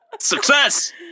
success